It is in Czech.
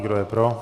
Kdo je pro?